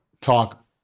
talk